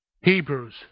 Hebrews